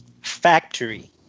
factory